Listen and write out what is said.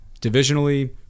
divisionally